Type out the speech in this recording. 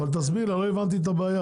אבל תסביר, כי עדיין לא הבנתי את הבעיה: